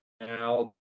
now